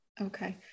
okay